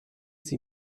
sie